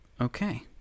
okay